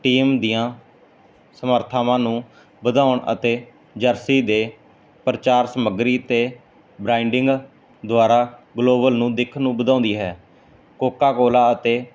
team ਦੀਆਂ ਸਮਰਥਾਵਾਂ ਨੂੰ ਵਧਾਉਣ ਅਤੇ ਜਰਸੀ ਦੇ ਪ੍ਰਚਾਰ ਸਮੱਗਰੀ ਤੇ ਬਰਾਈਡਿੰਗ ਦੁਆਰਾ ਗਲੋਬਲ ਨੂੰ ਦਿੱਖ ਨੂੰ ਵਧਾਉਂਦੀ ਹੈ ਕੋਕਾ ਕੋਲਾ ਅਤੇ